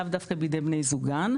לאו דווקא בידי בני זוגן.